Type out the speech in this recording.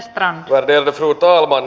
värderade fru talman